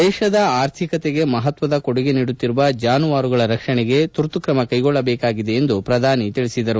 ದೇಶದ ಆರ್ಥಿಕತೆಗೆ ಮಪತ್ತದ ಕೊಡುಗೆ ನೀಡುತ್ತಿರುವ ಜಾನುವಾರುಗಳ ರಕ್ಷಣೆಗೆ ತುರ್ತು ಕ್ರಮ ಕೈಗೊಳ್ಳಬೇಕಾಗಿದೆ ಎಂದರು